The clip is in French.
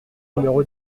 numéro